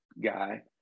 guy